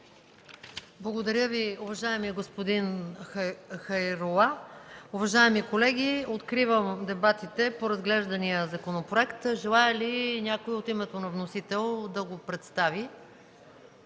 Благодаря Ви, уважаеми господин Хайрула. Уважаеми колеги, откривам дебатите по разглеждания законопроект. Желае ли някой от името на вносителя да го представи?